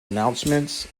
announcements